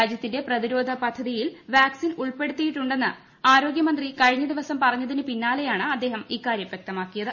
രാജ്യത്തിന്റെ പ്രതിരോധ പദ്ധതിയിൽ വാക്സിൻ ഉൾപ്പെടുത്തിയിട്ടുണ്ടെന്ന് ആരോഗൃ മന്ത്രി കഴിഞ്ഞ ദിവസം പറഞ്ഞതിന് പിന്നാലെയാണ് അദ്ദേഹം ഇക്കാര്യം വ്യക്തമാക്കിയത്